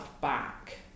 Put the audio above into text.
back